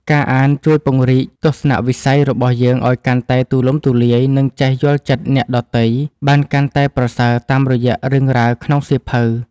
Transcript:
ការអានជួយពង្រីកទស្សនវិស័យរបស់យើងឱ្យកាន់តែទូលំទូលាយ និងចេះយល់ចិត្តអ្នកដទៃបានកាន់តែប្រសើរតាមរយៈរឿងរ៉ាវក្នុងសៀវភៅ។